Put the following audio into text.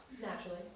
Naturally